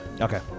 Okay